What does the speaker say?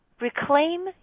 Reclaim